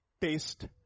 taste